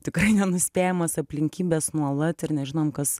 tikrai nenuspėjamas aplinkybes nuolat ir nežinom kas